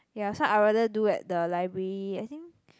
ya so I rather do at the library I think